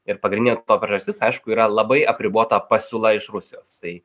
ir pagrindinė to priežastis aišku yra labai apribota pasiūla iš rusijos tai